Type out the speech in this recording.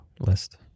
list